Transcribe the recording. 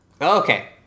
Okay